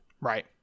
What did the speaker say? right